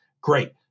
Great